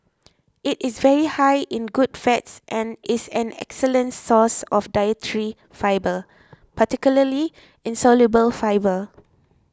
it is very high in good fats and is an excellent source of dietary fibre particularly insoluble fibre